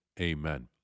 Amen